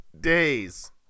days